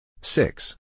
Six